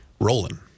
Rolling